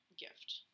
gift